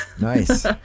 nice